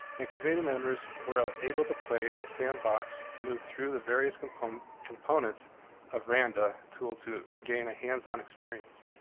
and committee members were ah able to play in a sandbox to move through the various components components of randa tool to gain a hands-on experience.